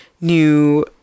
new